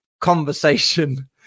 conversation